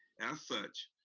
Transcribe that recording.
as such,